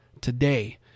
today